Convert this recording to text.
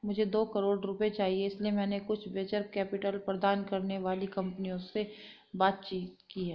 मुझे दो करोड़ रुपए चाहिए इसलिए मैंने कुछ वेंचर कैपिटल प्रदान करने वाली कंपनियों से बातचीत की है